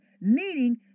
needing